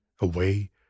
away